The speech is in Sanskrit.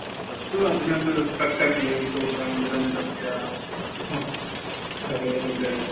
अस्तु अधुना तु कट् करणीयम् सूट् अनन्तरं तस्य एतद्